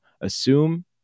assume